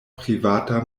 privata